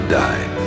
die